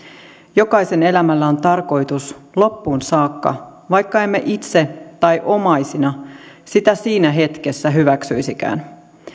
jokaisen elämällä on tarkoitus loppuun saakka vaikka emme itse tai omaisina sitä siinä hetkessä hyväksyisikään